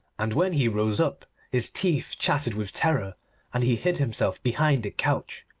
and when he rose up his teeth chattered with terror and he hid himself behind the couch.